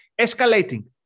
escalating